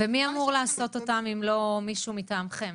ומי אמור לעשות אותם אם לא מישהו מטעמכם.